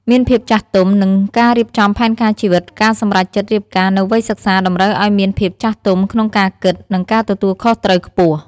មានភាពចាស់ទុំ និងការរៀបចំផែនការជីវិត ការសម្រេចចិត្តរៀបការនៅវ័យសិក្សាតម្រូវឱ្យមានភាពចាស់ទុំក្នុងការគិត និងការទទួលខុសត្រូវខ្ពស់។